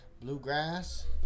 Bluegrass